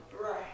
Right